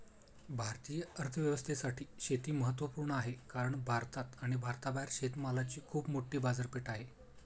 भारतीय अर्थव्यवस्थेसाठी शेती महत्वपूर्ण आहे कारण भारतात व भारताबाहेर शेतमालाची खूप मोठी बाजारपेठ आहे